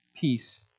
peace